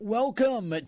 welcome